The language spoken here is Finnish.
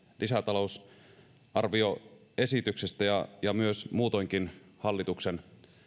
lisätalousarvioesityksestä ja myös muutoinkin hallituksen